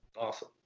Awesome